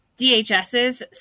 DHS's